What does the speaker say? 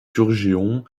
turgeon